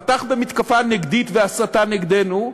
פתח במתקפה נגדית ובהסתה נגדנו,